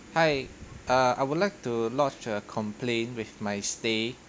hi uh I would like to lodge a complaint with my stay